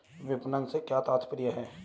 विपणन से क्या तात्पर्य है?